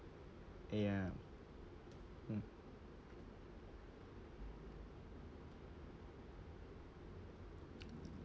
yeah mm